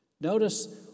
Notice